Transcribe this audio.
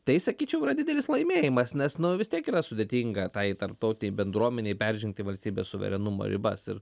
tai sakyčiau yra didelis laimėjimas nes vis tiek yra sudėtinga tai tarptautinei bendruomenei peržengti valstybės suverenumo ribas ir